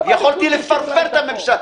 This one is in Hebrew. יכולתי לפרפר את הממשלה.